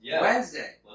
Wednesday